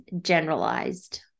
generalized